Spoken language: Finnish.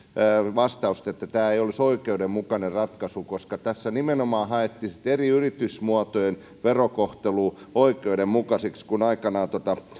vastausta että tämä ei olisi oikeudenmukainen ratkaisu koska tässä nimenomaan haettiin sitä eri yritysmuotojen verokohtelua oikeudenmukaiseksi kun aikanaan